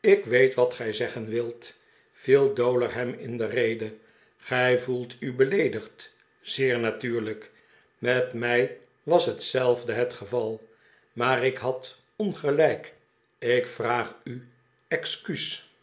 ik weet wat gij zeggen wilt vie dowler hem in de rede gij voelt u beleedigd zeer natuurlijk met mij was hetzelfde het geval maar ik had ongelijk ik vraag u excuus